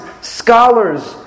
scholars